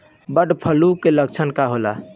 Bird flu के लक्षण का होला?